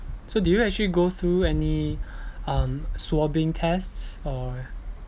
so did you actually go through any um swabbing tests or